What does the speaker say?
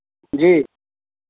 जी